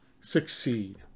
succeed